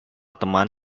teman